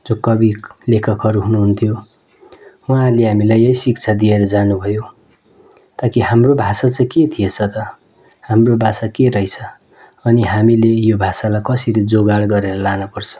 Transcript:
जो कवि लेखकहरू हुनुहुन्थ्यो उहाँहरूले हामीलाई यही शिक्षा दिएर जानुभयो ताकि हाम्रो भाषा चाहिँ के थिएछ त हाम्रो भाषा के रहेछ अनि हामीले यो भाषालाई कसरी जोगाड गरेर लानुपर्छ